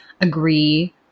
agree